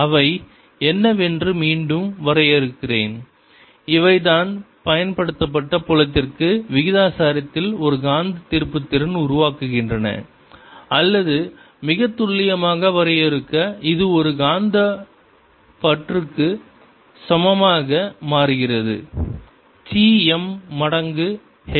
அவை என்னவென்று மீண்டும் வரையறுக்கிறேன் இவை தான் பயன்படுத்தப்பட்ட புலத்திற்கு விகிதாசாரத்தில் ஒரு காந்த திருப்புத்திறன் உருவாக்குகின்றன அல்லது மிக துல்லியமாக வரையறுக்க இது ஒரு காந்த பற்றுக்கு சமமாக மாறுகிறது சி m மடங்கு H